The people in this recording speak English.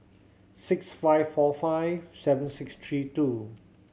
six five four five seven six three two